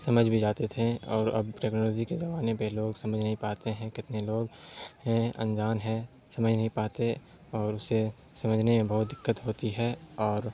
سمجھ بھی جاتے تھے اور اب ٹیکنالوجی کے زمانے پہ لوگ سمجھ نہیں پاتے ہیں کتنے لوگ ہیں انجان ہیں سمجھ نہیں پاتے اور اسے سمجھنے میں بہت دقت ہوتی ہے اور